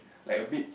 like a bit